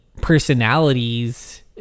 personalities